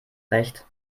recht